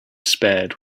spared